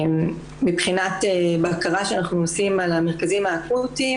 מבחינת בקרה שאנחנו עושים על המרכזים האקוטיים,